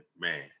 man